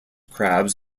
crabs